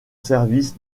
service